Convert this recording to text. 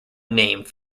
named